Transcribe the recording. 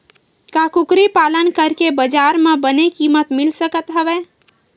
का कुकरी पालन करके बजार म बने किमत मिल सकत हवय?